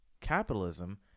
capitalism